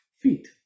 feet